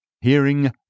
Hearing